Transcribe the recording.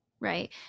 Right